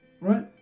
Right